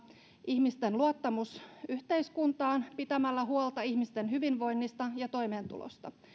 ihmisten luottamus yhteiskuntaan pitämällä huolta ihmisten hyvinvoinnista ja toimeentulosta